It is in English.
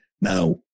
Now